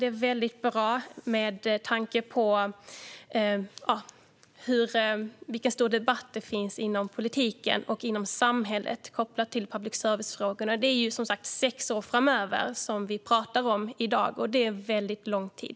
Det är väldigt bra med tanke på vilken stor debatt det finns inom politiken och i samhället kopplat till public service-frågorna. Vi pratar alltså om sex år framöver, och det är väldigt lång tid.